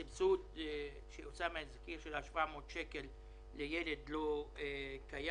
הסבסוד של ה-700 שקל לילד לא קיים.